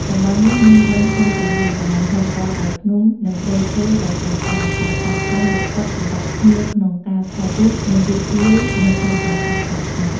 តំបន់នេះមានបឹងធំទូលាយដែលហ៊ុំព័ទ្ធដោយភ្នំ និងព្រៃឈើដ៏ស្រស់ស្អាត ដែលស័ក្តិសមបំផុតសម្រាប់ភ្ញៀវក្នុងការថតរូប និងរីករាយនឹងបរិយាកាសស្ងប់ស្ងាត់។